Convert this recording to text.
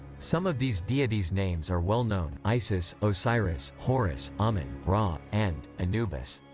some of these deities' names are well known isis, osiris, horus, amun, ra and anubis.